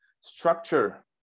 structure